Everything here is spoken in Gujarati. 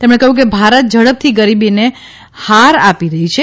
તેમણે કહ્યું કે ભારત ઝડપથી ગરીબીને હાર આપી રહી છે